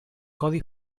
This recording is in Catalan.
codi